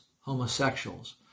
homosexuals